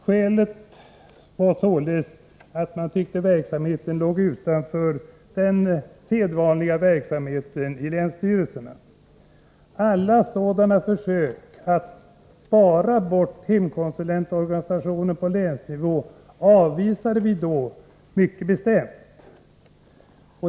Skälet var således att man tyckte att verksamheten låg utanför länsstyrelsernas sedvanliga arbetsuppgifter. Alla sådana försök att spara bort hemkonsulentorganisationen på länsnivå avvisade vi då mycket bestämt.